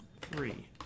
Three